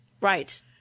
Right